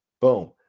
Boom